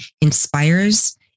inspires